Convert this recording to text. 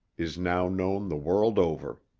is now known the world over.